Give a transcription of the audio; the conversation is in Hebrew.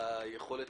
הוועדה.